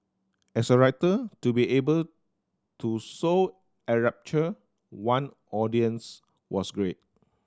as a writer to be able to so enrapture one audience was great